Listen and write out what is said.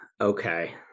Okay